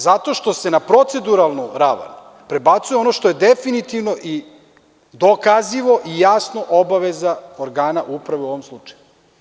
Zato što se na proceduralnu ravan prebacuje ono što je definitivno i dokazivo i jasno obaveza organa uprave u ovom slučaju.